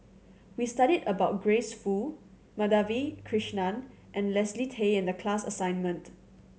we studied about Grace Fu Madhavi Krishnan and Leslie Tay in the class assignment